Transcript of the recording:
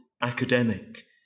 academic